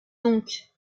donc